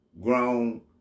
grown